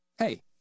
Hey